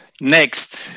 next